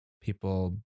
People